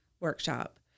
workshop